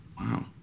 wow